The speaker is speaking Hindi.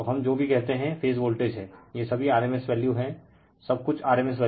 तो हम जो भी कहते हैं फेज वोल्टेज हैं ये सभी rms वैल्यू हैं सब कुछ rms वैल्यू हैं